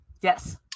Yes